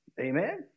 Amen